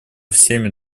всеми